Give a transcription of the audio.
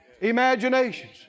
imaginations